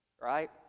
right